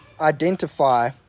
identify